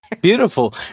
Beautiful